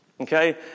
okay